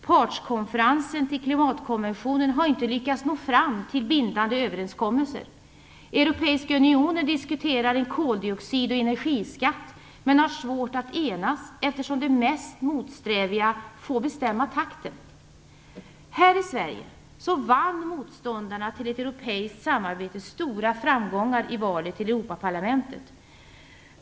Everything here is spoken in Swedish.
Partskonferensen för klimatkonventionen har inte lyckats nå fram till bindande överenskommelser. Europeiska unionen diskuterar en koldioxid och energiskatt men har svårt att enas, eftersom de mest motsträviga får bestämma takten. Här i Sverige vann motståndarna till ett europeiskt samarbete stora framgångar i valet till Europaparlamentet.